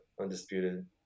undisputed